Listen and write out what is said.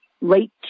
late